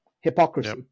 hypocrisy